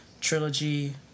trilogy